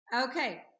Okay